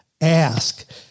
Ask